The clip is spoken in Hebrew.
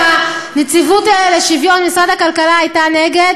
גם נציבות השוויון במשרד הכלכלה הייתה נגד,